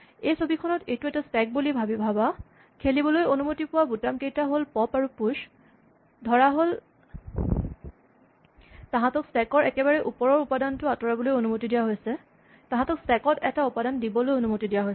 এই ছবিখনত এইটো এটা স্টেক বুলি ভাৱা থেলিবলৈ অনুমতি পোৱা বুটাম কেইটা হ'ল পপ্ আৰু প্যুচ ধৰাহ'ল তাহাঁতক স্টেক ৰ একেবাৰে ওপৰৰ উপাদান টো আঁতৰাবলৈ অনুমতি দিয়া হৈছে তাহাঁতক স্টেক ত এটা উপাদান দিবলৈ অনুমতি দিয়া হৈছে